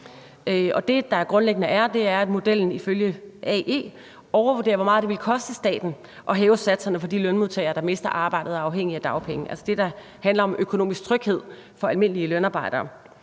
Det, der grundlæggende er med den, er, at modellen ifølge AE overvurderer, hvor meget det vil koste staten at hæve satserne for de lønmodtagere, der mister arbejdet og er afhængige af dagpenge, altså det, der handler om økonomisk tryghed for almindelige lønarbejdere.